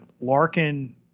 Larkin